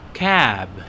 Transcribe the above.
cab